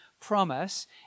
promise